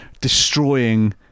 destroying